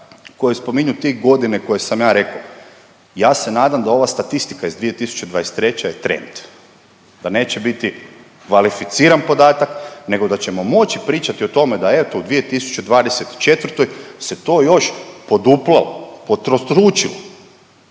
koji spominju ti godine koje sam reko, ja se nadam da ova statistika iz 2023. je trend, da neće biti kvalificiran podatak nego da ćemo moći pričati o tome da eto u 2024. se to još poduplalo, potrostručilo.